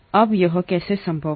अब यह कैसे संभव है